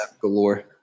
galore